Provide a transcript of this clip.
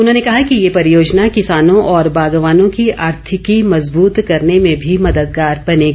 उन्होंने कहा कि ये परियोजना किसानों और बागवानों की आर्थिकी मज़बूत करने में भी मददगार बनेगी